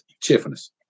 cheerfulness